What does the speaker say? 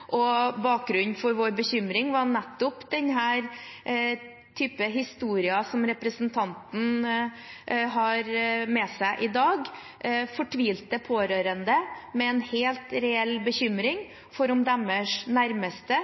og bakgrunnen for vår bekymring var nettopp denne typen historier som representanten har med seg i dag, fortvilte pårørende med en helt reell bekymring for om deres nærmeste